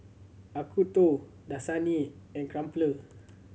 Acuto Dasani and Crumpler